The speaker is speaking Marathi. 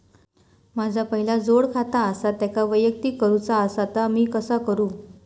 माझा पहिला जोडखाता आसा त्याका वैयक्तिक करूचा असा ता मी कसा करू?